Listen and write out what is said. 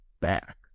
back